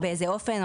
באיזה אופן?